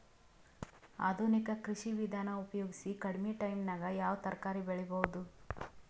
ಆಧುನಿಕ ಕೃಷಿ ವಿಧಾನ ಉಪಯೋಗಿಸಿ ಕಡಿಮ ಟೈಮನಾಗ ಯಾವ ತರಕಾರಿ ಬೆಳಿಬಹುದು?